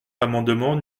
l’amendement